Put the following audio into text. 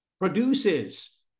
produces